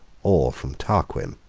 or from tarquin.